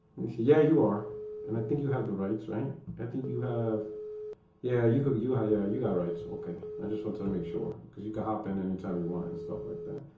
and so yeah you are and i think you have the rights right i think you have yeah, you could you how yeah you got rights? okay i just wanted make sure because you could happen any time you want and stuff like that